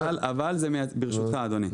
ברשותך, אדוני.